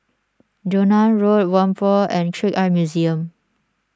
Joan Road Whampoa and Trick Eye Museum